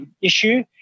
issue